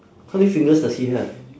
how many fingers does he have